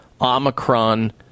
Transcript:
Omicron